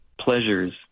pleasures